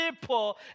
people